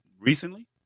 recently